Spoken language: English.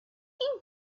are